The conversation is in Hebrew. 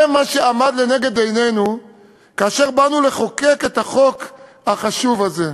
זה מה שעמד לנגד עינינו כאשר באנו לחוקק את החוק החשוב הזה.